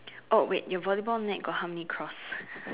oh wait your volleyball net got how many cross